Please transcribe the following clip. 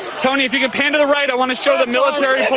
tony, if you can pan to the right, i want to show the military